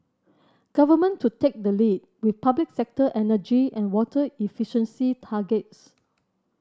government to take the lead with public sector energy and water efficiency targets